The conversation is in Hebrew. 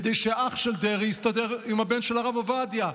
כדי שאח של דרעי יסתדר עם הבן של הרב עובדיה.